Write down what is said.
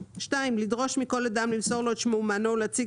(2) לדרוש מכל אדם למסור לו את שמו ומענו ולהציג